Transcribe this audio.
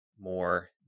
more